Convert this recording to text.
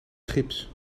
gips